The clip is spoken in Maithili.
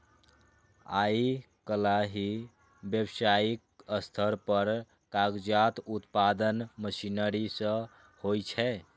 आइकाल्हि व्यावसायिक स्तर पर कागजक उत्पादन मशीनरी सं होइ छै